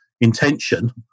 intention